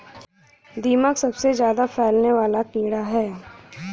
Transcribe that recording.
दीमक सबसे ज्यादा फैलने वाला कीड़ा है